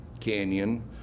Canyon